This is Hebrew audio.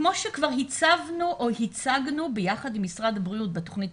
כמו שכבר הצגנו בעבר ביחד עם משרד הבריאות בתוכנית